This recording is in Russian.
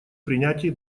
принятии